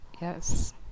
yes